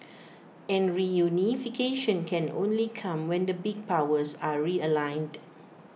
and reunification can only come when the big powers are realigned